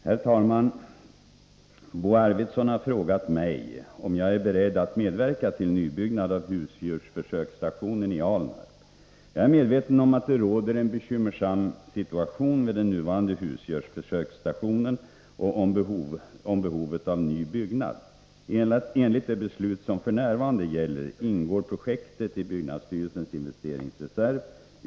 Herr talman! Bo Arvidson har frågat mig om jag är beredd att medverka till nybyggnad av husdjursförsöksstationen i Alnarp. Jag är medveten om att det råder en bekymmersam situation vid den nuvarande husdjursförsöksstationen och om behovet av ny byggnad. Enligt det beslut som f. n. gäller ingår projektet i byggnadsstyrelsens investeringsreserv.